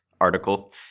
article